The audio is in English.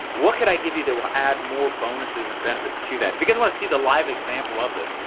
what can i give you that will add more bonuses and benefits to that. if you guys wanna see the live example of this,